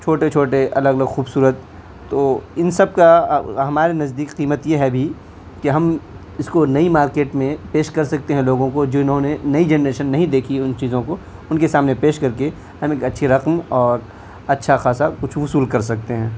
چھوٹے چھوٹے الگ الگ خوبصورت تو ان سب کا ہمارے نزدیک قیمت یہ ہے ابھی کہ ہم اس کو نئی مارکیٹ میں پیش کر سکتے ہیں لوگوں کو جنہوں نے نئی جنریشن نہیں دیکھی ان چیزوں کو ان کے سامنے پیش کر کے ہم ایک اچھی رقم اور اچھا خاصا کچھ وصول کر سکتے ہیں